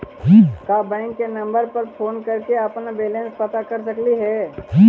का बैंक के नंबर पर फोन कर के अपन बैलेंस पता कर सकली हे?